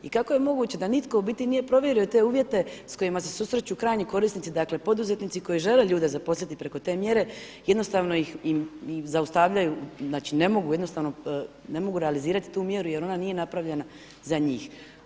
I kako je moguće da nitko u biti nije provjerio te uvjete s kojima se susreću krajnji korisnici, dakle poduzetnici koji žele ljude zaposliti preko te mjere, jednostavno ih zaustavljaju, znači ne mogu jednostavno, ne mogu realizirati tu mjeru jer ona nije napravljena za njih?